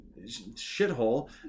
shithole